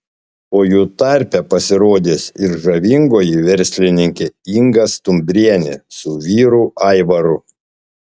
o jų tarpe pasirodys ir žavingoji verslininkė inga stumbrienė su vyru aivaru